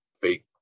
fake